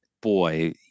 boy